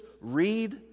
read